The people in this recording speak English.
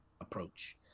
approach